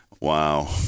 wow